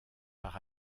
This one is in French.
par